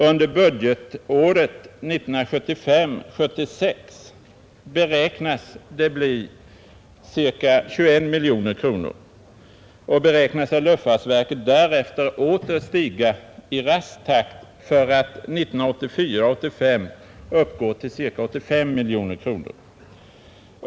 Under budgetåret 1975 85 uppgå till ca 85 miljoner kronor.